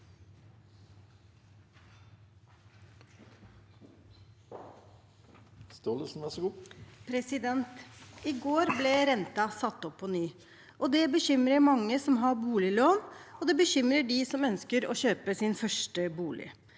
I går ble ren- ten satt opp på ny. Det bekymrer mange som har boliglån, og det bekymrer dem som ønsker å kjøpe sin første bolig.